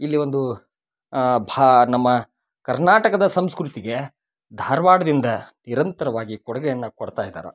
ಇಲ್ಲಿ ಒಂದು ಭಾ ನಮ್ಮ ಕರ್ನಾಟಕದ ಸಂಸ್ಕೃತಿಗೆ ಧಾರ್ವಾಡ್ದಿಂದ ನಿರಂತರವಾಗಿ ಕೊಡುಗೆಯನ್ನು ಕೊಡ್ತಾಯಿದ್ದಾರೆ